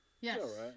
Yes